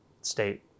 state